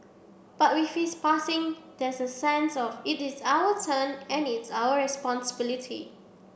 but with his passing there's a sense of it is our turn and it's our responsibility